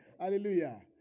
Hallelujah